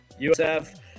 USF